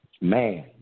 man